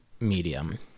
medium